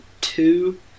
two